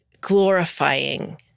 glorifying